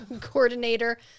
Coordinator